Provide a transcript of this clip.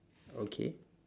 okay